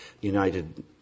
United